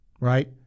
right